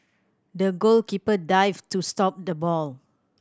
the goalkeeper dived to stop the ball